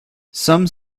some